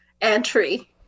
entry